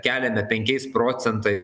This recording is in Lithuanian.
keliame penkiais procentai